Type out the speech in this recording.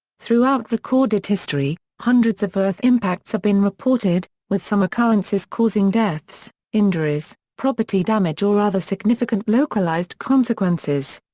throughout recorded history, hundreds of earth impacts have been reported, with some occurrences causing deaths, injuries, property damage or other significant localised consequences.